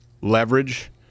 leverage